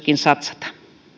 tähän satsata